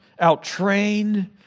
outtrained